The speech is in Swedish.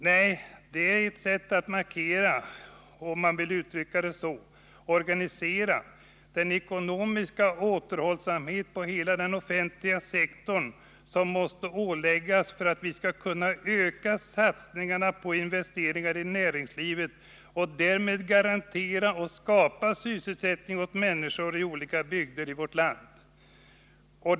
Nej, det är ett sätt att markera, om man vill uttrycka det så, att organisera den ekonomiska återhållsamhet på hela den offentliga sektorn som vi måste ålägga oss för att kunna öka satsningarna på investeringar i näringslivet och därmed skapa sysselsättning åt människor i olika bygder i vårt land.